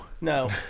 No